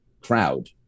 crowd